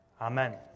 Amen